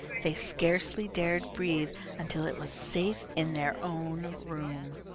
they scarcely dared breathe until it was safe in their own room.